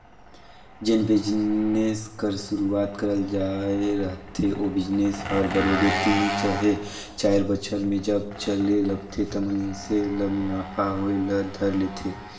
जेन बिजनेस कर सुरूवात करल जाए रहथे ओ बिजनेस हर बरोबेर तीन चहे चाएर बछर में जब चले लगथे त मइनसे ल मुनाफा होए ल धर लेथे